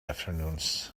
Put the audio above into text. afternoons